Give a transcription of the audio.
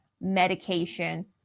medication